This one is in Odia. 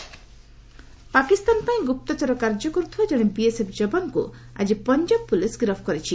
ଏସ୍ପିଓ୍ଠାଇ ଆରେଷ୍ଟ୍ ପାକିସ୍ତାନ ପାଇଁ ଗୁପ୍ତଚର କାର୍ଯ୍ୟ କରୁଥିବା ଜଣେ ବିଏସ୍ଏଫ୍ ଯବାନଙ୍କୁ ଆଜି ପଞ୍ଜାବ ପ୍ରଲିସ୍ ଗିରଫ୍ କରିଛି